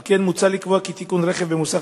על כן מוצע לקבוע כי תיקון רכב במוסך